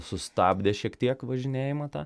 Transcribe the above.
sustabdė šiek tiek važinėjimą tą